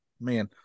Man